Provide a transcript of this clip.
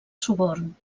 suborn